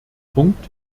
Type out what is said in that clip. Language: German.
punkt